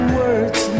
words